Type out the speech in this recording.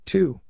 Two